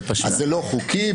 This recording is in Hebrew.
אז זה לא חוקי.